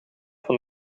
van